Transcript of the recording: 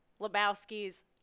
Lebowski's